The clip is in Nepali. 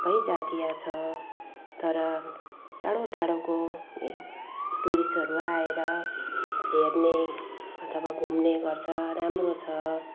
सबै जाति छ तर टाढो टाढोको टुरिस्टहरू आएर हेर्ने अथवा घुम्ने गर्छ राम्रो छ